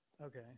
Okay